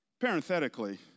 Parenthetically